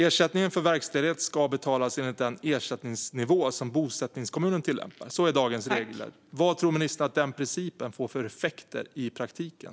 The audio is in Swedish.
Ersättningen för verkställighet ska betalas enligt den ersättningsnivå som bosättningskommunen tillämpar. Så är dagens regler. Vad tror ministern att den principen får för effekter i praktiken?